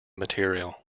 material